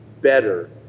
better